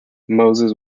moses